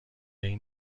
این